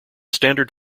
standard